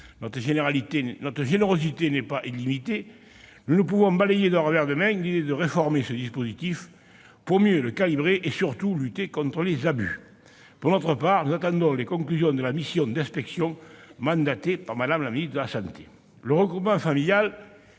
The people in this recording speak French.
sommes pas naïfs. Notre générosité n'est pas illimitée et nous ne pouvons balayer d'un revers de main l'idée de réformer ce dispositif, pour mieux le calibrer et lutter contre les abus. Pour notre part, nous attendons les conclusions de la mission d'inspection mandatée par Mme la ministre des solidarités et de la santé. Le regroupement familial